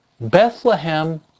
Bethlehem